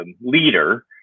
leader